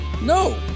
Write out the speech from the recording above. No